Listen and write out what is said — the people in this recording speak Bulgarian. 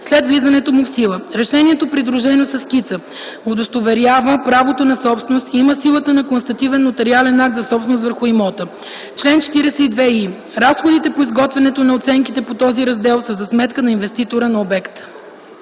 след влизането му в сила. Решението, придружено със скица, удостоверява правото на собственост и има силата на констативен нотариален акт за собственост върху имота. Чл. 42и. Разходите по изготвянето на оценките по този раздел, са за сметка на инвеститора на обекта.”